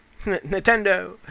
Nintendo